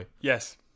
Yes